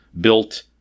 built